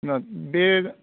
होनबा बे